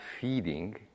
feeding